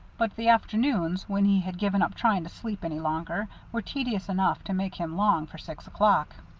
but the afternoons, when he had given up trying to sleep any longer, were tedious enough to make him long for six o'clock.